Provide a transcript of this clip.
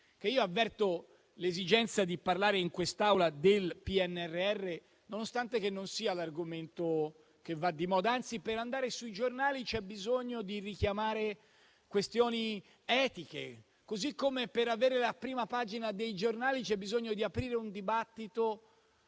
che io avverto l'esigenza di parlare in quest'Aula del PNRR, nonostante non sia l'argomento che va di moda, anzi, per andare sui giornali c'è bisogno di richiamare questioni etiche. Così come per avere la prima pagina dei giornali, c'è bisogno di aprire un dibattito